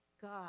God